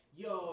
yo